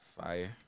Fire